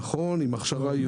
נכון, עם הכשרה ייעודית.